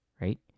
Right